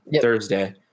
Thursday